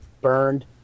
burned